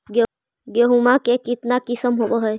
गेहूमा के कितना किसम होबै है?